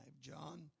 John